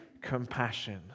compassion